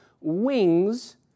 wings